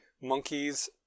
monkeys